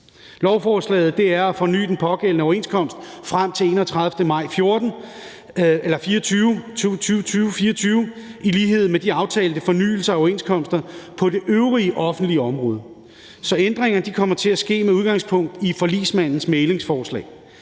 Lovforslaget er at forny den pågældende overenskomst frem til den 31. maj 2024 i lighed med de aftalte fornyelser af overenskomster på det øvrige offentlige område. Så ændringerne kommer til at ske med udgangspunkt i forligsmandens mæglingsforslag.